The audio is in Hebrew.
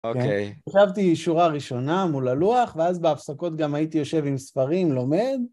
אוקיי. ישבתי שורה ראשונה מול הלוח, ואז בהפסקות גם הייתי יושב עם ספרים, לומד.